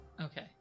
Okay